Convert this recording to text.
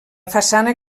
façana